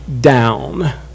down